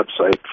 website